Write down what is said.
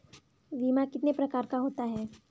बीमा कितने प्रकार का होता है?